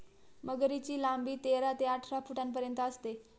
मगरीची लांबी तेरा ते अठरा फुटांपर्यंत असते